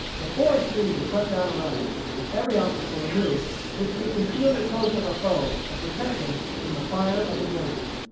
the forest-trees were cut down around, and every obstacle removed which could conceal the approach of a foe or protect him from the fire of the garrison.